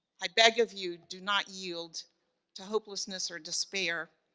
i beg of you do not yield to hopelessness or despair.